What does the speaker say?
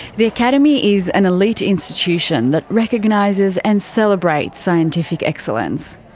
the academy is an elite institution that recognises and celebrates scientific excellence.